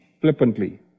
flippantly